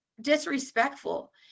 disrespectful